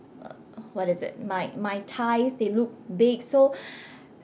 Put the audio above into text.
uh what is it my my thighs they look big so